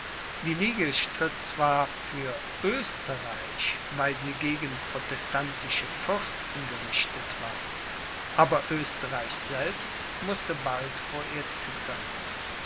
die ligue stritt zwar für oesterreich weil sie gegen protestantische fürsten gerichtet war aber oesterreich selbst mußte bald vor ihr zittern